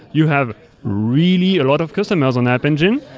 you have really a lot of customers on app engine,